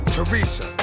Teresa